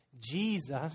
Jesus